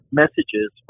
messages